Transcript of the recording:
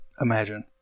imagine